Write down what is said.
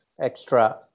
extra